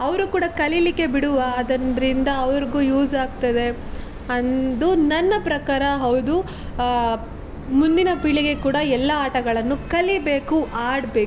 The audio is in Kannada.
ಅವರು ಕೂಡ ಕಲೀಲಿಕ್ಕೆ ಬಿಡುವ ಆದರಿಂದ ಅವ್ರಿಗು ಯೂಸ್ ಆಗ್ತದೆ ಎಂದು ನನ್ನ ಪ್ರಕಾರ ಹೌದು ಮುಂದಿನ ಪೀಳಿಗೆಗೆ ಕೂಡ ಎಲ್ಲ ಆಟಗಳನ್ನು ಕಲೀಬೇಕು ಆಡಬೇಕು